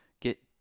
get